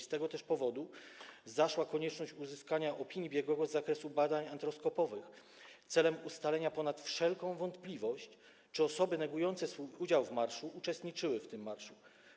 Z tego też powodu zaszła konieczność uzyskania opinii biegłego z zakresu badań antroposkopowych celem ustalenia ponad wszelką wątpliwość, czy osoby negujące swój udział w marszu uczestniczyły w tym marszu.